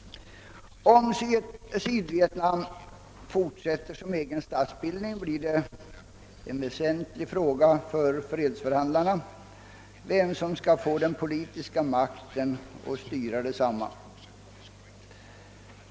Om Sydvietnamn skall bestå som egen statsbildning blir det en väsentlig fråga för fredsförhandlarna att avgöra vem som skall få den politiska makten i detta land.